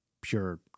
pure